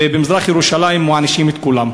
ובמזרח-ירושלים מענישים את כולם.